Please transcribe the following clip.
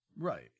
Right